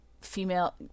female